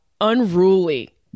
unruly